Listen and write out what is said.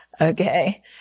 Okay